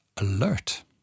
alert